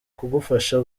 kugufasha